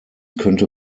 könnte